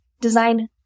design